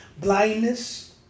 blindness